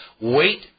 Wait